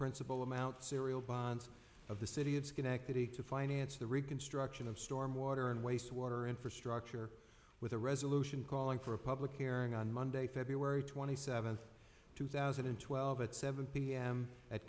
principal amount serial bonds of the city of schenectady to finance the reconstruction of storm water and wastewater infrastructure with a resolution calling for a public airing on monday february twenty seventh two thousand and twelve at seven p m at